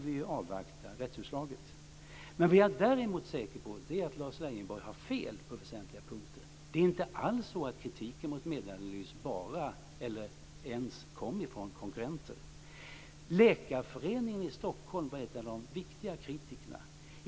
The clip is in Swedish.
Vi får avvakta rättsutslaget. Däremot är jag säker på att Lars Leijonborg har fel på väsentliga punkter. Det är inte alls så att kritiken mot Medanalys bara, eller ens, kom från konkurrenter. Läkarföreningen i Stockholm var en av de viktiga kritikerna.